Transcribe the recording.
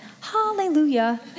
hallelujah